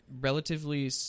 relatively